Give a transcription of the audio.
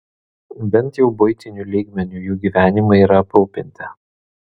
bent jau buitiniu lygmeniu jų gyvenimai yra aprūpinti